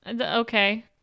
Okay